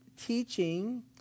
teaching